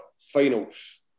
finals